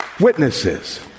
witnesses